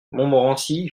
montmorency